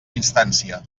instància